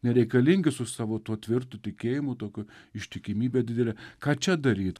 nereikalingi su savo tuo tvirtu tikėjimu tokiu ištikimybe didele ką čia daryt